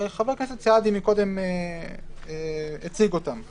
חבר הכנסת סעדי הציג אותן קודם.